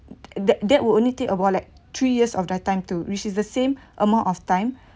that that would only take about like three years of their time to which is the same amount of time